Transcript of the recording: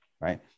Right